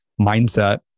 mindset